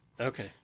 okay